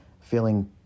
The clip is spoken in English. feeling